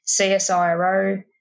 CSIRO